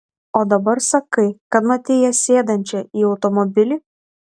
o dabar sakai kad matei ją sėdančią į automobilį